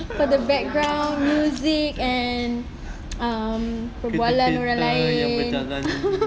for the background music and mm perbualan orang lain